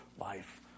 life